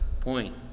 point